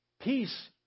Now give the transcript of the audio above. peace